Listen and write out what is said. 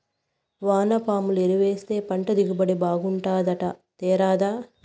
వానపాముల ఎరువేస్తే పంట దిగుబడి బాగుంటాదట తేరాదా